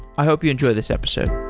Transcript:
i hope you enjoy this episode.